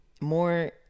more